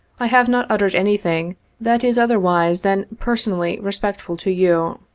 i have not uttered anything that is otherwise than personally respectful to you.